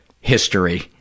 history